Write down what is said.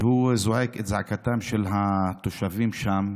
והוא זועק את זעקתם של התושבים שם,